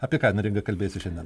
apie ką neringa kalbėsi šiandien